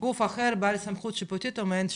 גוף אחר בעל סמכות שיפוטית או מעין שיפוטית.